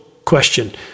Question